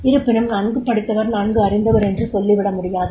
இருப்பினும் நன்கு படித்தவர் நன்கு அறிந்தவர் என்றும் சொல்லிவிட முடியாது